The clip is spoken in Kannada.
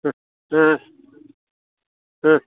ಹಾಂ ಹಾಂ ಹಾಂ